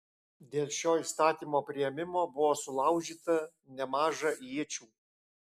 dėl šio įstatymo priėmimo buvo sulaužyta nemaža iečių